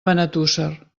benetússer